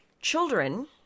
Children